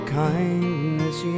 kindness